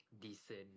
decent